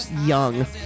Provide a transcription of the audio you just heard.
young